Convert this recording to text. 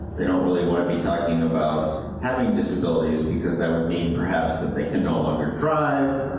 they don't really want to be talking about having disabilities, because that would mean, perhaps, that they can no longer drive,